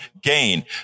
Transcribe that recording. gain